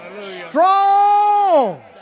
Strong